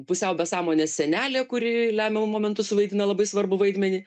pusiau be sąmonės senelė kuri lemiamu momentu suvaidina labai svarbų vaidmenį